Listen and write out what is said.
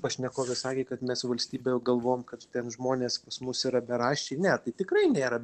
pašnekovė sakė kad mes valstybė jau galvojam kad ten žmonės pas mus yra beraščiai ne tai tikrai nėra